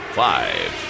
five